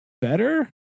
better